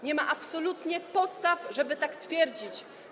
Nie ma absolutnie podstaw, żeby tak twierdzić.